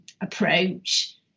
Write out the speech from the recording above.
approach